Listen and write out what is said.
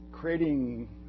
Creating